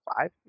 five